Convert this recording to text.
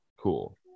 cool